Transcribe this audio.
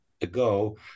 ago